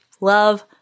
love